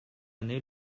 année